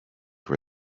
were